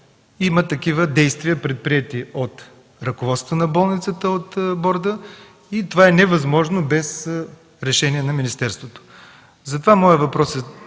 има такива действия, предприети от ръководството, от борда на болницата, и това е невъзможно без решение на министерството. Моят въпрос е